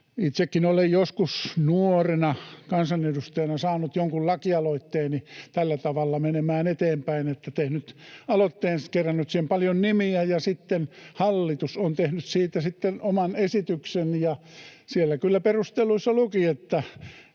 Itsekin olen joskus nuorena kansanedustajana saanut jonkun lakialoitteeni tällä tavalla menemään eteenpäin, että olen tehnyt aloitteen, kerännyt siihen paljon nimiä ja sitten hallitus on tehnyt siitä oman esityksen, ja siellä kyllä perusteluissa luki